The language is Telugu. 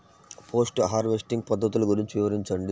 పోస్ట్ హార్వెస్టింగ్ పద్ధతులు గురించి వివరించండి?